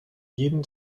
jeden